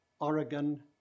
Oregon